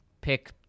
pick